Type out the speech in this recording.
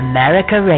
America